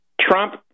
Trump